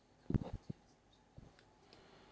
विमा असण्याचे फायदे जाणून घ्यायचे आहे